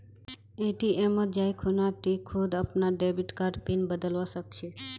ATM मत जाइ खूना टी खुद अपनार डेबिट कार्डर पिन बदलवा सख छि